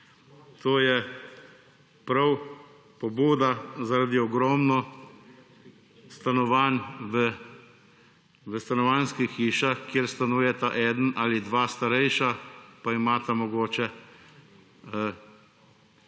To je prav pobuda zaradi ogromno stanovanj v stanovanjskih hišah, kjer stanujeta eden ali dva starejša, pa imata mogoče tri